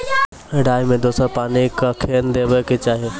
राई मे दोसर पानी कखेन देबा के चाहि?